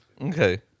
Okay